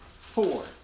four